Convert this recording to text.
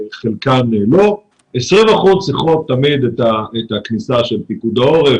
20 אחוזים צריכות תמיד את הכניסה של פיקוד העורף,